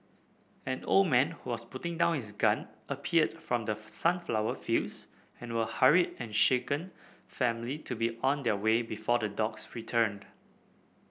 an old man who was putting down his gun appeared from the sunflower fields and were hurried and shaken family to be on their way before the dogs return